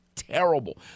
Terrible